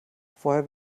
vorher